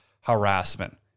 harassment